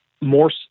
more